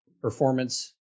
Performance